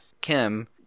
Kim